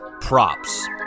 props